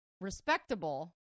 respectable